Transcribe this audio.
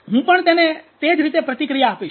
હું પણ તેને તે જ રીતે પ્રતિક્રિયા આપીશ